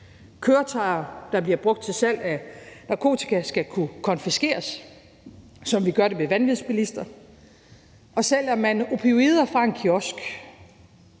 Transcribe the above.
Køretøjer, der bliver brugt til salg af narkotika, skal kunne konfiskeres, som vi gør det ved vanvidsbilister; og sælger man opioider fra en kiosk,